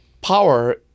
power